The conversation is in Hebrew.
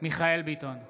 מיכאל מרדכי ביטון,